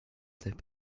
that